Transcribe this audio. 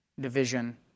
division